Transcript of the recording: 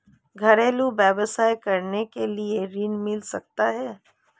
घरेलू व्यवसाय करने के लिए ऋण मिल सकता है?